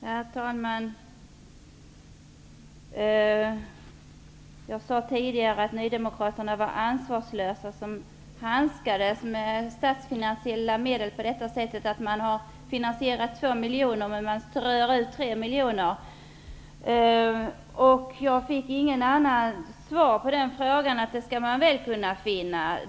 Herr talman! Jag sade tidigare att Nydemokraterna var ansvarslösa som hanskades med statsfinansiella medel på det sättet att de finansierar 2 miljoner men strör ut 3 miljoner. Jag fick inget annat svar på min fråga än att det skall man väl kunna göra.